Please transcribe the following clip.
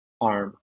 arm